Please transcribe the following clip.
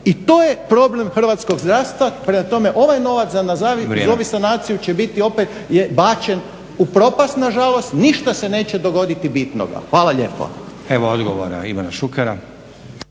i to je problem Hrvatskog zdravstva, prema tome ovaj novac za nazovi sanaciju će biti opet bačen u propast nažalost, ništa se neće dogoditi bitnoga. Hvala lijepo. **Stazić, Nenad